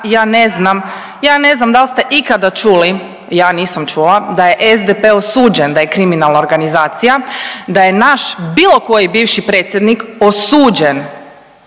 strana. Ja ne znam da li ste ikada čuli, ja nisam čula da je SDP osuđen da je kriminalna organizacija, da je naš bilo koji bivši predsjednik osuđen